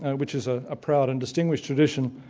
which is a ah proud and distinguished tradition.